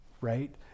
right